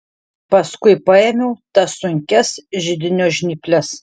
paskui paėmiau tas sunkias židinio žnyples